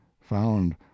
found